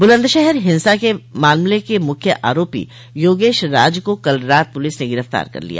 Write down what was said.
बुलंदशहर हिंसा मामले के मुख्य आरोपी योगेश राज को कल रात पुलिस ने गिरफ्तार कर लिया